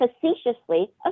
facetiously